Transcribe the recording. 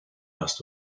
must